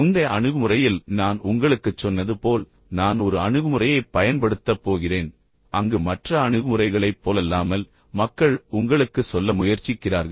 முந்தைய அணுகுமுறையில் நான் உங்களுக்குச் சொன்னது போல் நான் ஒரு அணுகுமுறையைப் பயன்படுத்தப் போகிறேன் அங்கு மற்ற அணுகுமுறைகளைப் போலல்லாமல் மக்கள் உங்களுக்கு சொல்ல முயற்சிக்கிறார்கள்